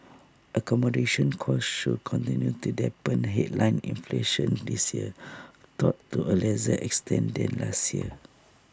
accommodation costs should continue to dampen headline inflation this year though to A lesser extent than last year